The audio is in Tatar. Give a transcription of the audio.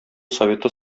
советы